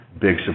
big